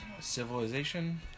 civilization